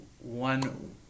one